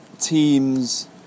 teams